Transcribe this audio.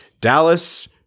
Dallas